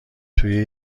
توی